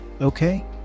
okay